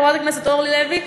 חברת הכנסת אורלי לוי,